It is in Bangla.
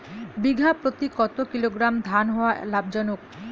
বিঘা প্রতি কতো কিলোগ্রাম ধান হওয়া লাভজনক?